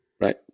right